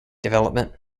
development